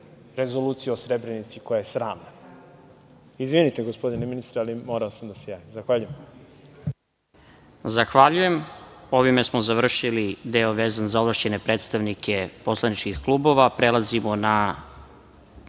rezoluciju o Srebrenici koja je sramna. Izvinite, gospodine ministre, ali morao sam da se javim. Zahvaljujem. **Stefan Krkobabić** Zahvaljujem. Ovim smo završili deo vezan za ovlašćene predstavnike poslaničkih klubova. Prelazimo na